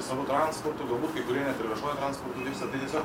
savu transportu galbūt kai kurie net ir viešuoju transportu vyksta tai tiesiog